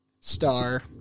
star